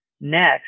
next